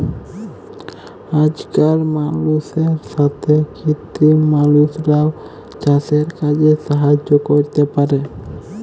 আজকাল মালুষের সাথ কৃত্রিম মালুষরাও চাসের কাজে সাহায্য ক্যরতে পারে